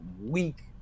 weak